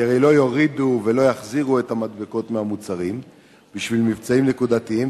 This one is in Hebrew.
כי הרי לא יורידו ויחזירו את המדבקות מהמוצרים בשביל מבצעים נקודתיים,